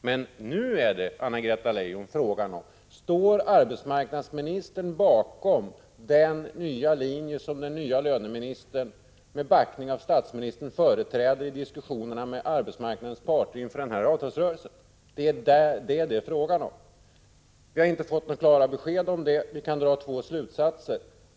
Men nu gäller det: Står arbetsmarknadsministern bakom den nya linje som den nye löneministern, med backning från statsministern, företräder i diskussionerna med arbetsmarknadens parter inför avtalsrörelsen? Om detta har vi inte fått några klara besked. Man kan dra två slutsatser.